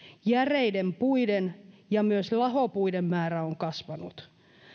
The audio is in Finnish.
järeiden puiden ja myös lahopuiden määrä on kasvanut